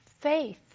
faith